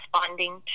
responding